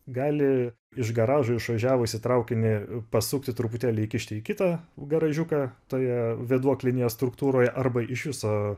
gali iš garažo išvažiavusį traukinį pasukti truputėlį įkišti į kitą garažiuką toje vėduoklinės struktūroj arba iš viso